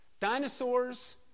Dinosaurs